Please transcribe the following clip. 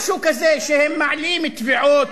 משהו כזה, שהם מעלים תביעות.